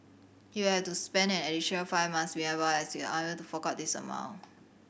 he will have to spend an additional five months behind bars as he was unable to fork out this amount